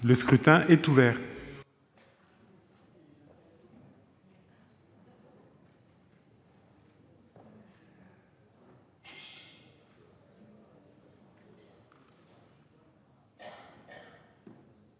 Le scrutin est ouvert.